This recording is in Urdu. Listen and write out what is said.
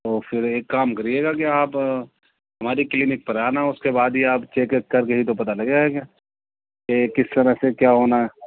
تو پھر ایک کام کرئیے گا کہ آپ ہماری کلینک پر آنا اور اس کے بعد ہی آپ چیک ایک کر کے ہی تو پتہ لگے گا کیا کہ کس طرح سے کیا ہونا ہے